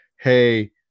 hey